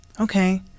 Okay